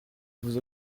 vous